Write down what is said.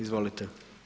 Izvolite.